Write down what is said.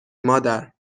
مادر